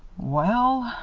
well,